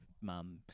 mum